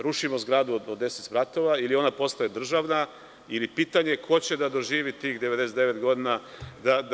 Rušimo zgradu od 10 spratova, ili ona postaje državna, ili je pitanje ko će da doživi tih 99 godina?